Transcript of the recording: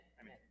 Amen